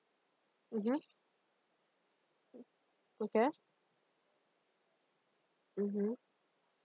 mmhmm okay mmhmm